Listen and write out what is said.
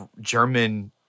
German